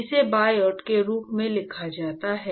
इसे बायोट के रूप में लिखा जाता है